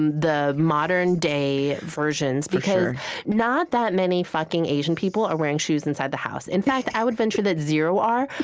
and the modern-day versions because not that many fucking asian people are wearing shoes inside the house. in fact, i would venture that zero are.